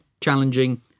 challenging